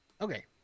Okay